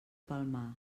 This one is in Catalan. palmar